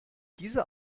diese